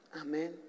Amen